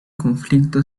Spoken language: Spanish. conflicto